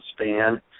span